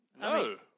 No